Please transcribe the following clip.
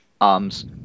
Arms